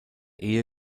ehe